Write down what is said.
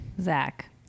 Zach